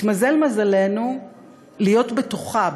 התמזל מזלנו להיות בתוכה,